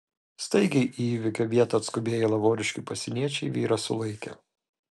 staigiai į įvykio vietą atskubėję lavoriškių pasieniečiai vyrą sulaikė